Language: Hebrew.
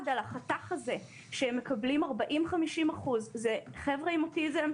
על החתך הזה שהם מקבלים 50%-40% זה חבר'ה עם אוטיזם,